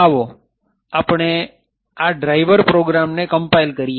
આવો આપણે આ ડ્રાઈવર પ્રોગ્રામ ને કમ્પાઈલ કરીએ